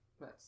yes